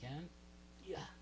yeah yeah